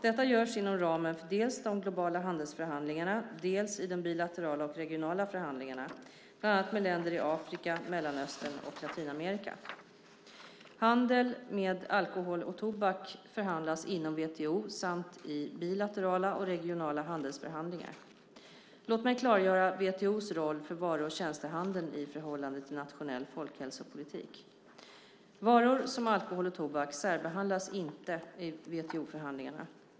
Detta görs inom ramen för dels de globala handelsförhandlingarna, dels i de bilaterala och regionala förhandlingarna, bland annat med länder i Afrika, Mellanöstern och Latinamerika. Handel med alkohol och tobak förhandlas inom WTO samt i bilaterala och regionala handelsförhandlingar. Låt mig klargöra WTO:s roll för varu och tjänstehandeln i förhållande till nationell folkhälsopolitik. Varor som alkohol och tobak särbehandlas inte i WTO-förhandlingarna.